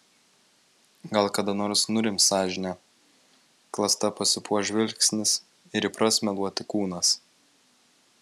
gal kada nors nurims sąžinė klasta pasipuoš žvilgsnis ir įpras meluoti kūnas